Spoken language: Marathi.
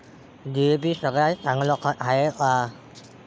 डी.ए.पी सगळ्यात चांगलं खत हाये का?